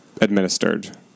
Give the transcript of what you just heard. administered